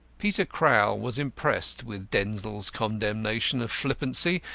peter crowl was impressed with denzil's condemnation of flippancy,